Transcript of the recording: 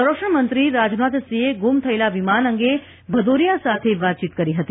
સંરક્ષણમંત્રી રાજનાથસિંહે ગુમ થયેલા વિમાન અંગે ભદોરિયા સાથે વાતચીત કરી હતી